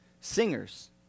singers